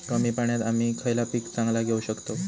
कमी पाण्यात आम्ही खयला पीक चांगला घेव शकताव?